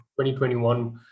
2021